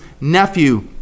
nephew